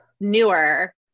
newer